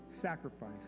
sacrifice